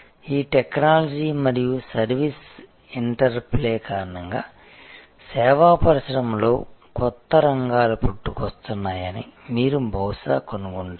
ఈ టెక్నాలజీ మరియు service interplay కారణంగా సేవా పరిశ్రమలో కొత్త రంగాలు పుట్టుకొస్తున్నాయని మీరు బహుశా కనుగొంటారు